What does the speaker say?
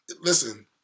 Listen